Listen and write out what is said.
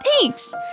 Thanks